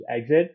exit